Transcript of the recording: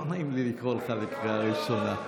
לא נעים לקרוא לך בקריאה ראשונה.